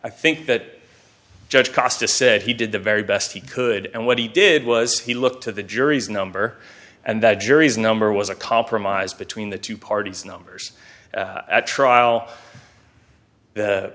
i think that judge cost just said he did the very best he could and what he did was he looked to the jury's number and the jury's number was a compromise between the two parties numbers at trial th